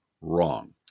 wrong